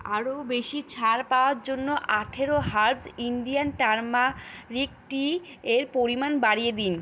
আরও বেশি ছাড় পাওয়ার জন্য আঠেরো হার্বস ইন্ডিয়ান টারমারিক টি এর পরিমাণ বাড়িয়ে দিন